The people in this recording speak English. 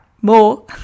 more